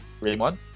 Raymond